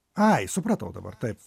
ai supratau dabar taip